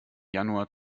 januar